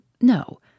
no